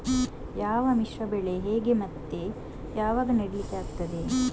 ಯಾವ ಮಿಶ್ರ ಬೆಳೆ ಹೇಗೆ ಮತ್ತೆ ಯಾವಾಗ ನೆಡ್ಲಿಕ್ಕೆ ಆಗ್ತದೆ?